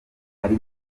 ari